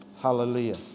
Hallelujah